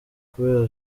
kubera